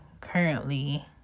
currently